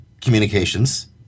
communications